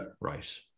right